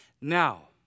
Now